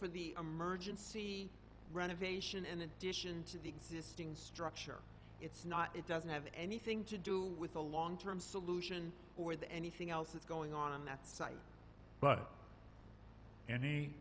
for the emergency renovation in addition to the existing structure it's not it doesn't have anything to do with the long term solution or the anything else that's going on that site but